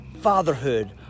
fatherhood